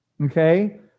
okay